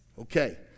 Okay